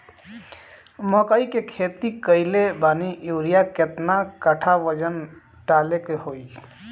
मकई के खेती कैले बनी यूरिया केतना कट्ठावजन डाले के होई?